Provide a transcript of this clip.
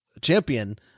champion